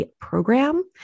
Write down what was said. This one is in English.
program